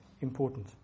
important